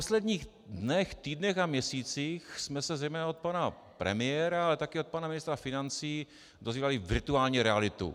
V posledních dnech, týdnech a měsících jsme se zejména od pana premiéra, ale taky od pana ministra financí dozvídali virtuální realitu.